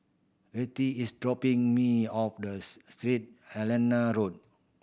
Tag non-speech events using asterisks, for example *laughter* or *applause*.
Vertie is dropping me off *unintelligible* Saint Helena Road